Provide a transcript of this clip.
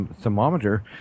thermometer